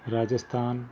Rajasthan